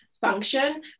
function